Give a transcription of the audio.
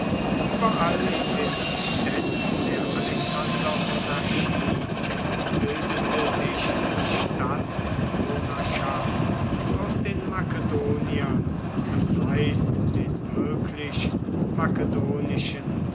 überall in den städten der alexandermonarchie bildete sich die stadtbewohnerschaft aus den makedoniern das heißt den wirklich makedonischen